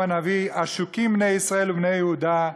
הנביא: "עשוקים בני ישראל ובני יהודה,